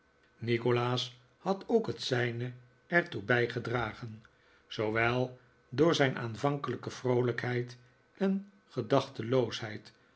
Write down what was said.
nikolaas had ook het zijne er toe bijgedragen zoowel door zijn aanvankelijke vroolijkheid en